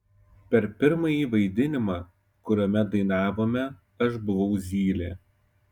per pirmąjį vaidinimą kuriame dainavome aš buvau zylė